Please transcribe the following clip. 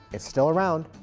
it's still around.